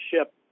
ship